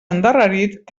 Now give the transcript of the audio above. endarrerit